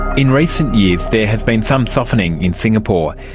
in recent years there has been some softening in singapore.